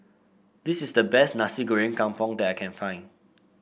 this is the best Nasi Goreng Kampung that I can find